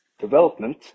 Development